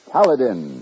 Paladin